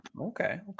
Okay